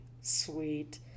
sweet